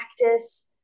Practice